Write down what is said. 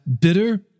bitter